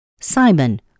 Simon